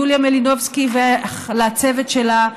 יוליה מלינובסקי ולצוות שלה,